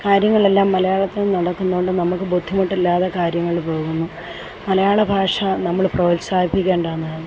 കാര്യങ്ങളെല്ലാം മലയാളത്തിൽ നടക്കുന്നതുകൊണ്ട് നമുക്ക് ബുദ്ധിമുട്ടില്ലാതെ കാര്യങ്ങൾ പോകുന്നു മലയാളഭാഷ നമ്മള് പ്രോത്സാഹിപ്പിക്കേണ്ട ഒന്നാണ്